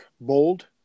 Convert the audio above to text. bold